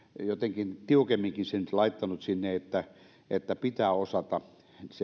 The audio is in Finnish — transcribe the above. jotenkin tiukemminkin sen nyt laittanut sinne että että pitää osata